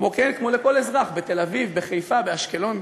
כמו לכל אזרח בתל-אביב, בחיפה, באשקלון.